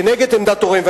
נגד עמדת הוריהם,